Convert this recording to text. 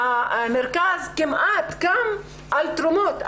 והמרכז קם כמעט על תרומות.